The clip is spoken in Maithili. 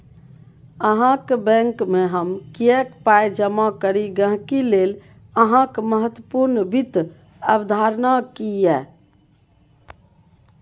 अहाँक बैंकमे हम किएक पाय जमा करी गहिंकी लेल अहाँक महत्वपूर्ण वित्त अवधारणा की यै?